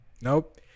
Nope